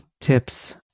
tips